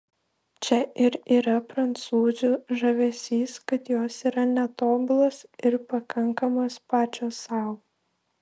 čia ir yra prancūzių žavesys kad jos yra netobulos ir pakankamos pačios sau